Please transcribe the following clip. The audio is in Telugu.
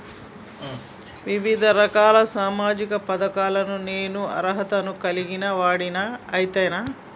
వివిధ రకాల సామాజిక పథకాలకు నేను అర్హత ను కలిగిన వాడిని అయితనా?